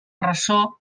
ressò